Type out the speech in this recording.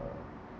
uh